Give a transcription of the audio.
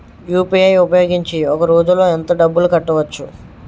UPI ఉపయోగించి ఒక రోజులో ఎంత డబ్బులు కట్టవచ్చు?